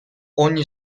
ogni